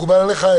איתן, מקובל עליך?